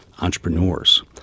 entrepreneurs